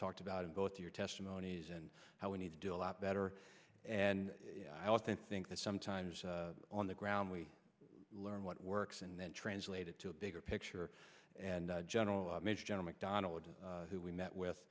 talked about in both your testimonies and how we need to do a lot better and i think think that sometimes on the ground we learn what works and then translate it to a bigger picture and general major general macdonald who we met with